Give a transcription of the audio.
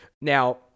Now